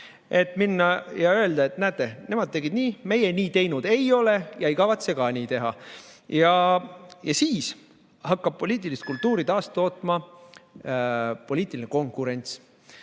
et minna ja öelda: "Näete, nemad tegid nii, meie nii teinud ei ole ega kavatse nii ka teha." Ja siis hakkab poliitilist kultuuri taastootma poliitiline konkurents.